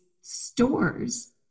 stores